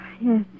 Yes